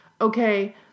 Okay